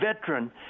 veteran